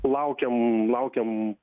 laukiam laukiam